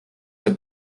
have